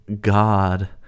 God